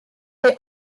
they